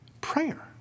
Prayer